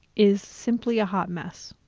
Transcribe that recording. is simply a hot mess.